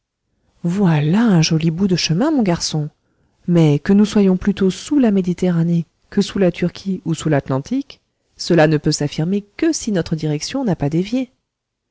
voilà un joli bout de chemin mon garçon mais que nous soyons plutôt sous la méditerranée que sous la turquie ou sous l'atlantique cela ne peut s'affirmer que si notre direction n'a pas dévié